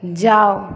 जाउ